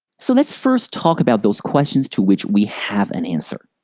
so, let's first talk about those questions to which we have an answer.